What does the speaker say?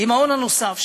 עם ההון הנוסף.